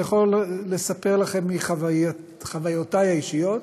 אני יכול לספר לכם מחוויותי האישיות: